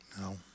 No